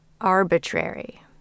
arbitrary